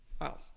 Wow